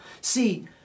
See